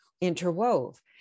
interwove